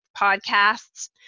podcasts